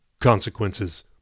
consequences